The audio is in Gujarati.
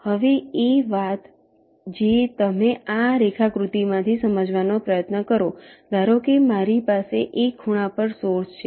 હવે એક વાત જે તમે આ રેખાકૃતિમાંથી સમજવાનો પ્રયત્ન કરો ધારો કે મારી પાસે એક ખૂણા પર સોર્સ છે